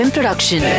Production